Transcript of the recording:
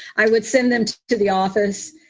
i would send them to the office.